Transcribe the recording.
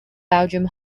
belgium